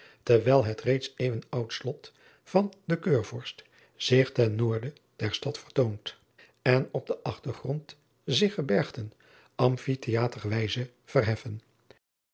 terwijl het reeds eeuwen oud slot van den eurvorst zich ten noorden der stad vertoont en op den achtergrond zich gebergten amphitheaterswijze verheffen